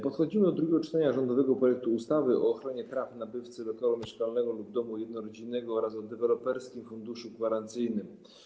Podchodzimy do drugiego czytania rządowego projektu ustawy o ochronie praw nabywcy lokalu mieszkalnego lub domu jednorodzinnego oraz o Deweloperskim Funduszu Gwarancyjnym.